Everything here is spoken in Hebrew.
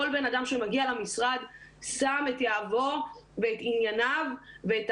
כל בן אדם שמגיע למשרד שם את יהבו ואת ענייניו ואת